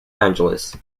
angeles